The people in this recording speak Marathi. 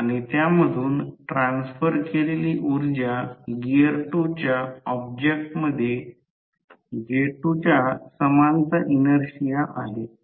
आणि त्यामधून ट्रान्सफर केलेली ऊर्जा गिअर 2 ज्या ऑब्जेक्टमध्ये J2 च्या समानचा इनर्शिया आहे